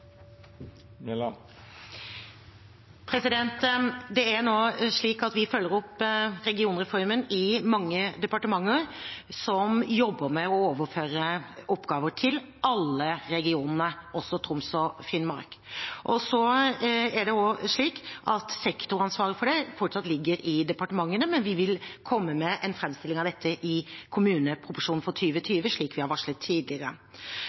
arbeidsplasser. Det er viktig. Vi følger opp regionreformen i mange departementer – de jobber med å overføre oppgaver til alle regionene, også Troms og Finnmark. Sektoransvaret for det ligger fortsatt hos departementene, men vi vil komme med en framstilling av dette i kommuneproposisjonen for 2020, slik vi har varslet tidligere.